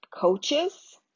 coaches